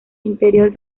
interior